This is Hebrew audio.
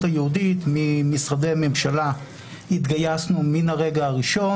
היהודית ומשרדי הממשלה התגייסו מהרגע הראשון.